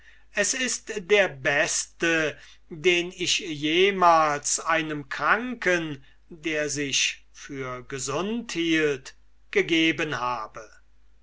es ist der beste den ich jemals einem kranken der sich für gesund hielt gegeben habe